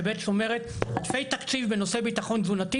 שבעצם אומרת עודפי תקציב בנושא ביטחון תזונתי,